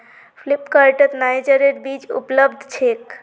फ्लिपकार्टत नाइजरेर बीज उपलब्ध छेक